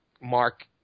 Mark